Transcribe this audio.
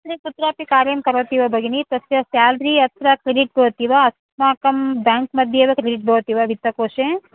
तत्र कुत्रापि कार्यं करोति वा भगिनि तस्य सेलरी अत्र क्रेडिट् भवति वा अस्माकं बेङ्क् मध्ये एव क्रेडि् भवति वा वित्तकोषे